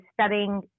studying